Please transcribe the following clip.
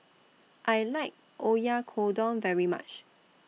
I like Oyakodon very much